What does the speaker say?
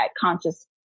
conscious